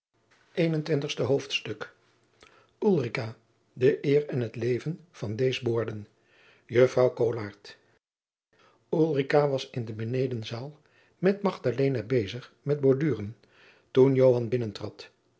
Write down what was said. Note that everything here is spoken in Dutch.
eenentwintigste hoofdstuk ulrica de eer en t leven van deez boorden juffr k o o l a e r t ulrica was in de benedenzaal met magdalena bezig met borduren toen